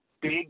big